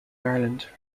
ireland